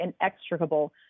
inextricable